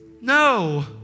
No